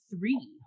three